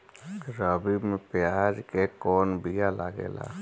रबी में प्याज के कौन बीया लागेला?